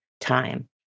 time